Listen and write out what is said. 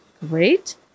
great